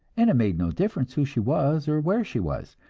and it made no difference who she was, or where she was.